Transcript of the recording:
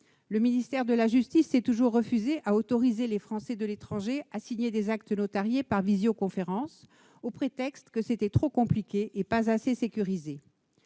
Le ministère de la justice s'est toujours refusé à autoriser les Français de l'étranger à signer des actes notariés par visioconférence, au prétexte d'une trop grande complexité et d'un manque de sécurité.